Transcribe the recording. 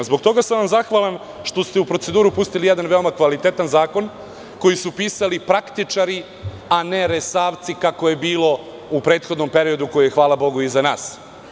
Zbog toga sam vam zahvalan što ste u proceduru pustili jedan veoma kvalitetan zakon koji su pisali praktičari a ne "Resavci", kako je bilo u prethodnom periodu koji je, hvala bogu, iza nas.